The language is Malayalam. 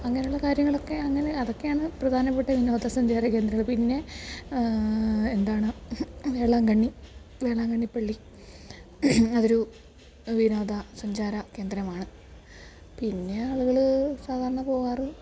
അങ്ങനെയുള്ള കാര്യങ്ങളൊക്കെ അങ്ങനെ അതൊക്കെയാണ് പ്രധാനപ്പെട്ട വിനോദസഞ്ചാര കേന്ദ്രങ്ങൾ പിന്നെ എന്താണ് വേളാങ്കണ്ണി വേളാങ്കണ്ണിപ്പള്ളി അതൊരു വിനോദ സഞ്ചാര കേന്ദ്രമാണ് പിന്നെ ആളുകൾ സാധാരണ പോകാറ്